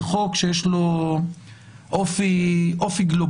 זה חוק שיש לו אופי גלובאלי,